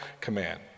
command